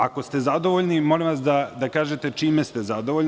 Ako ste zadovoljni, molim vas da kažete čime ste zadovoljni.